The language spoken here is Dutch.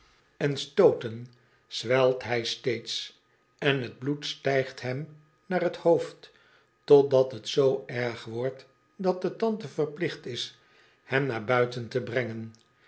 en stooten zwelt hij steeds en t bloed stijgt hem naar t hoofd totdat t zoo erg wordt dat de tante verplicht is hem naar buiten te brengen